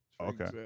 Okay